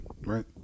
Right